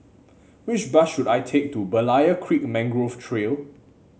which bus should I take to Berlayer Creek Mangrove Trail